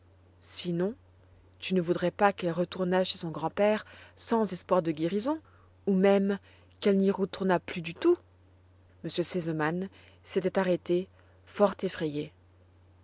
sinon tu ne voudrais pas qu'elle retournât chez son grand-père sans espoir de guérison ou même qu'elle n'y retournât plus du tout m r sesemann s'était arrêté fort effrayé